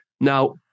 Now